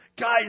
Guys